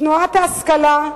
תנועת ההשכלה,